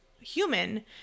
human